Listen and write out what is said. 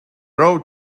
road